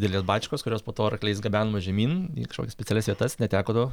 didelės bačkos kurios po to arkliais gabenamos žemyn į kažkokias specialias vietas neteko to